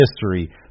history